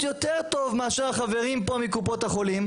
יותר טוב מאשר החברים פה מקופות החולים,